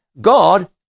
God